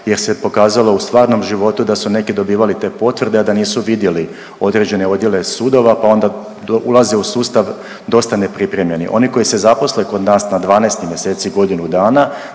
jer se pokazalo u stvarno životu da su neki dobivali te potvrde, a da nisu vidjeli određene odjele sudova pa onda ulaze u sustav dosta nepripremljeni. Oni koji se zaposle kod nas na 12 mjeseci, godinu dana,